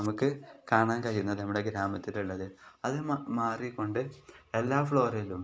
നമുക്ക് കാണാൻ കഴിയുന്നത് നമ്മുടെ ഗ്രാമത്തിലുള്ളത് അത് മ മാറിക്കൊണ്ട് എല്ലാ ഫ്ലോറിലും